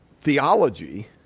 theology